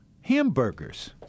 hamburgers